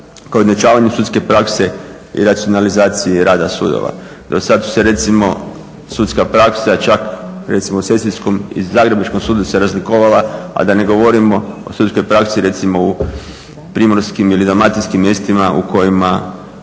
izjednačavanje sudske prakse i racionalizacije rada sudova. Do sada su se recimo, sudska praksa je čak recimo u Sesvetskom i Zagrebačkom sudu se razlikovala a da ne govorimo o sudskoj praksi u primorskim ili dalmatinskim mjestima u kojima